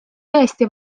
tõesti